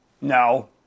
No